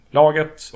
laget